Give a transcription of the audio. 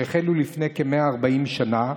שהחלו לפני כ-140 שנה,